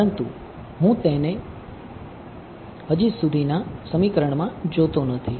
પરંતુ હું તેને હજી સુધીના સમીકરણમાં જોતો નથી